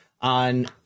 on